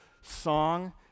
song